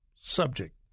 subject